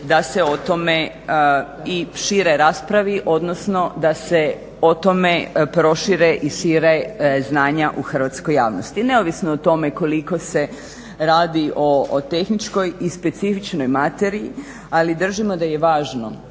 da se o tome i šire raspravi odnosno da se o tome prošire i šire znanja u hrvatskoj javnosti. Neovisno o tome koliko se radi o tehničkoj i specifičnoj materiji, ali držimo da je važno